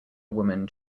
woman